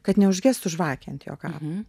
kad neužgestų žvakė ant jo kapo